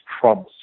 Trump